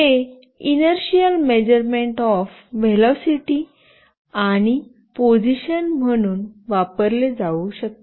हे inertial measurement of velocity आणि position म्हणून वापरले जाऊ शकते